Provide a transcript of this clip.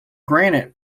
granite